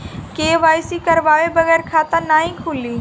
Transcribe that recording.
KYC करवाये बगैर खाता नाही खुली?